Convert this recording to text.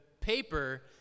paper